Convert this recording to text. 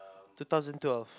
two thousand twelve